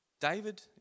David